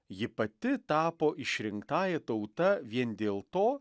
ji pati tapo išrinktąja tauta vien dėl to